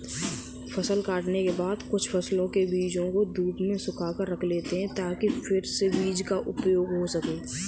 फसल काटने के बाद कुछ फसल के बीजों को धूप में सुखाकर रख लेते हैं ताकि फिर से बीज का उपयोग हो सकें